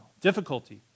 difficulty